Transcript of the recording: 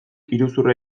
iruzurra